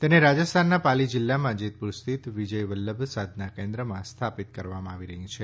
તેને રાજસ્થાનના પાલી જીલ્લામાં જેતપુર સ્થિત વિજય વલ્લભ સાધના કેન્દ્રમાં સ્થાપિત કરવામાં આવી રહી છે